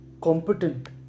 competent